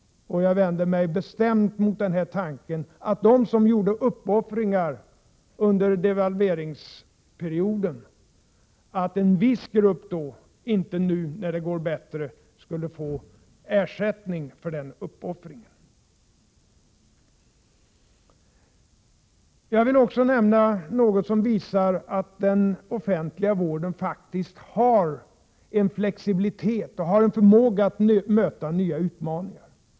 Jag vänder mig bestämt mot tanken att en viss grupp av dem som gjorde uppoffringar under devalveringsperioden inte nu, när det går bättre, skulle få ersättning för den uppoffringen. Jag vill också nämna något som visar att den offentliga vården faktiskt har flexibilitet och förmåga att möta nya utmaningar.